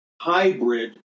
hybrid